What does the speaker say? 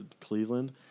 Cleveland